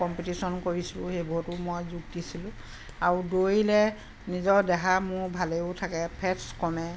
competition কৰিছোঁ সেইবোৰতো মই যোগ দিছিলোঁ আৰু দৌৰিলে নিজৰ দেহা মূৰ ভালেও থাকে ফেটছ কমে